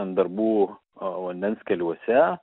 darbų vandens keliuose